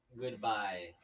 goodbye